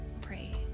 pray